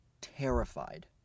terrified